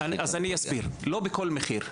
אני אסביר, לא בכל מחיר.